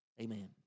Amen